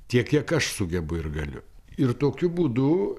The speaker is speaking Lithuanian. tiek kiek aš sugebu ir galiu ir tokiu būdu